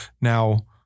now